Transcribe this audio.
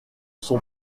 son